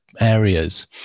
areas